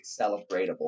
celebratable